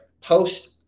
Post